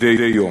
מדי יום.